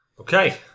Okay